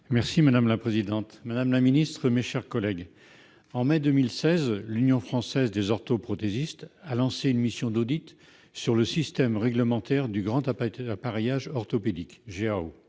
santé. Madame la présidente, madame la secrétaire d'État, mes chers collègues, en mai 2016, l'Union française des orthoprothésistes a lancé une mission d'audit sur le système réglementaire du grand appareillage orthopédique, le GAO.